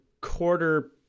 quarter